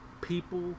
People